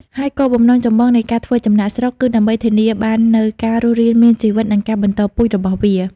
ហើយគោលបំណងចម្បងនៃការធ្វើចំណាកស្រុក គឺដើម្បីធានាបាននូវការរស់រានមានជីវិត និងការបន្តពូជរបស់វា។